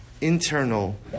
internal